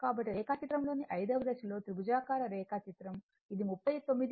కాబట్టి రేఖాచిత్రంలోని 5 వ దశలో త్రిభుజాకార రేఖాచిత్రం ఇది 39